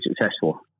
successful